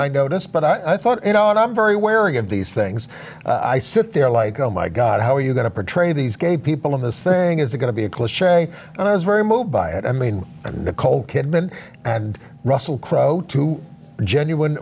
i noticed but i thought you know and i'm very wary of these things i sit there like oh my god how are you going to portray these gay people in this thing is going to be a cliche and i was very moved by it i mean in the cold kidman and russell crowe to genuine